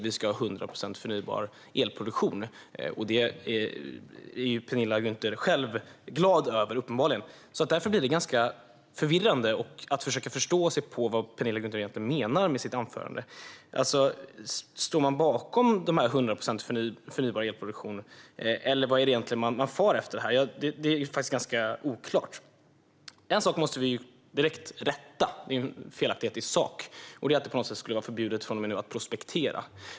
Vi ska ha 100 procent förnybar elproduktion, och det är uppenbarligen Penilla Gunther själv glad över. Därför blir det ganska förvirrande och svårt att förstå vad Penilla Gunther egentligen menar med sitt anförande. Står hon bakom 100 procent förnybar elproduktion, eller vad är det egentligen hon far efter här? Det är faktiskt ganska oklart. En sak måste direkt rättas, en felaktighet i sak, och det är att det från och med nu skulle vara förbjudet att prospektera.